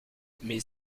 mes